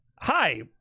hi